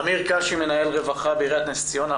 עמיר קשי מנהל רווחה בעירית נס ציונה.